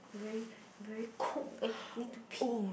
very very co~ eh need to pee